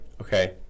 okay